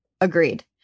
Agreed